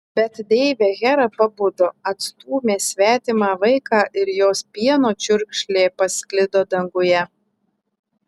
bet deivė hera pabudo atstūmė svetimą vaiką ir jos pieno čiurkšlė pasklido danguje